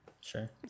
Sure